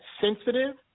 sensitive